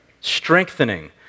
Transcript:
strengthening